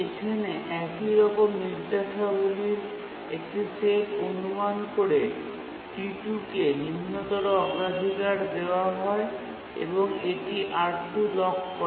এখানে একই রকম নির্দেশাবলীর একটি সেট অনুমান করে T2 কে নিম্নতর অগ্রাধিকার দেওয়া হয় এবং এটি R2 লক করে